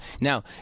Now